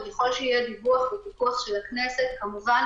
וככול שיהיה דיווח ופיקוח של הכנסת כמובן